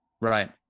Right